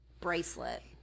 bracelet